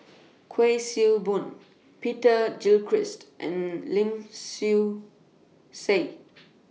Kuik Swee Boon Peter Gilchrist and Lim Swee Say